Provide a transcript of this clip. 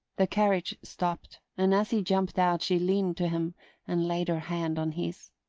the carriage stopped, and as he jumped out she leaned to him and laid her hand on his.